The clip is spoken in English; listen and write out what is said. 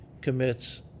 commits